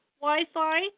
Wi-Fi